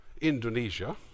Indonesia